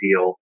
deal